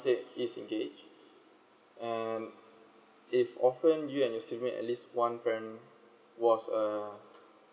is engage um if often you and your fiancé at least one of them was a